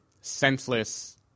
senseless